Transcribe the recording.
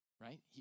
right